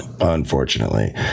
unfortunately